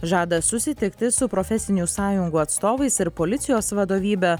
žada susitikti su profesinių sąjungų atstovais ir policijos vadovybe